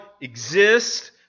exists